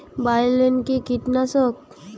বায়োলিন কি কীটনাশক?